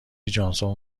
جانسون